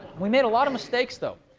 we made a lot of mistakes, though.